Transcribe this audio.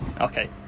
okay